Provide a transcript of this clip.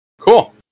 Cool